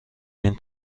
این